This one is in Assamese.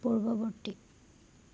পূৰ্ৱবৰ্তী